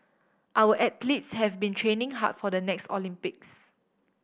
our athletes have been training hard for the next Olympics